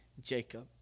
Jacob